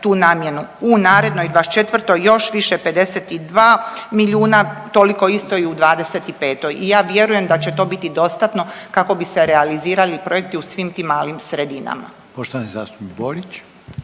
tu namjenu. U narednoj '24. još više 52 milijuna, toliko isto i u '25. i ja vjerujem da će to biti dostatno kako bi se realizirali projekti u svim tim malim sredinama.